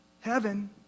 heaven